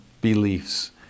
beliefs